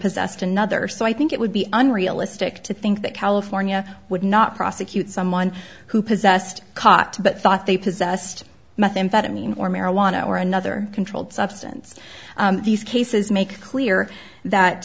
possessed another so i think it would be unrealistic to think that california would not prosecute someone who possessed khat but thought they possessed methamphetamine or marijuana or another controlled substance these cases make clear